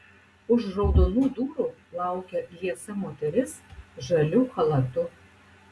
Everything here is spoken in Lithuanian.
už raudonų durų laukia liesa moteris žaliu chalatu